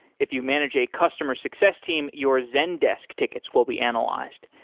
if you manage a customer success team, your zendesk tickets will be analyzed.